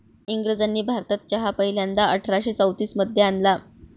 इंग्रजांनी भारतात चहा पहिल्यांदा अठरा शे चौतीस मध्ये आणला